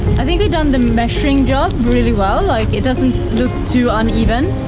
i think we done the measuring got really well. like, it doesn't look too uneven.